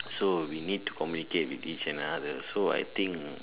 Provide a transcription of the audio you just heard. so we need to communicate with each and other so I think